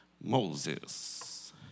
Moses